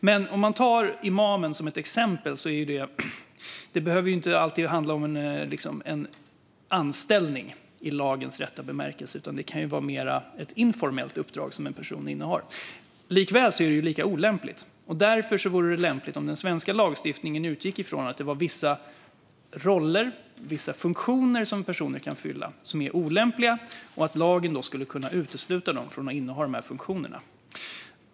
Men om jag tar en imam som exempel behöver det inte alltid handla om en anställning i lagens rätta bemärkelse, utan det kan handla om ett mer informellt uppdrag som en person innehar. Likväl är det lika olämpligt. Därför vore det lämpligt om den svenska lagstiftningen utgick från att det är vissa roller och vissa funktioner som det är olämpligt att vissa personer kan inneha och att lagen då skulle kunna utesluta dem från att inneha dessa funktioner.